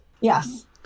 Yes